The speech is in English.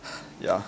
yeah